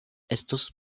estus